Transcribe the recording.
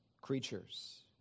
creatures